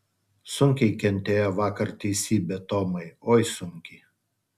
sunkiai kentėjo vakar teisybė tomai oi sunkiai